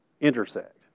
intersect